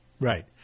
right